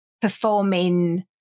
performing